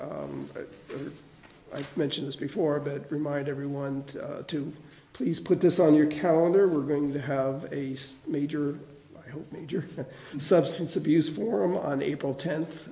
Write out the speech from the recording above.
i've mentioned this before bed remind everyone to please put this on your calendar we're going to have a major major substance abuse forum on april tenth